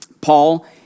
Paul